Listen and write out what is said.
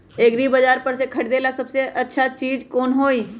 एग्रिबाजार पर से खरीदे ला सबसे अच्छा चीज कोन हई?